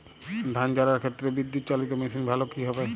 ধান ঝারার ক্ষেত্রে বিদুৎচালীত মেশিন ভালো কি হবে?